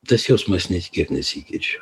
tas jausmas net kiek nesikeičia